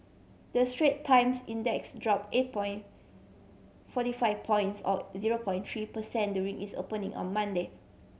the Strait Times Index drop eight point forty five points or zero point three per cent during its opening on Monday